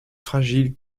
fragile